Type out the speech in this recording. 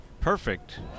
perfect